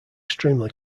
extremely